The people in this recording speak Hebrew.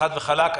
חד וחלק.